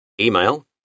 Email